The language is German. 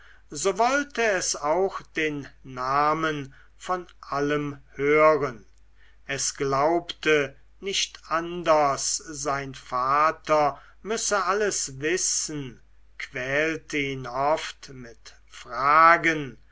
so wollte es auch den namen von allem hören es glaubte nicht anders sein vater müsse alles wissen quälte ihn oft mit fragen